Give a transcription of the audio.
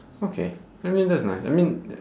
okay I mean that's nice I mean ya